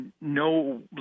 no